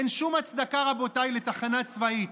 אין שום הצדקה, רבותיי, לתחנה צבאית,